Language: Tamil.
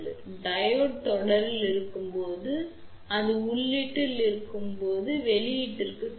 டையோடு தொடரில் இருக்கும்போது அது உள்ளீட்டில் இருக்கும்போது வெளியீட்டிற்குச் செல்லும்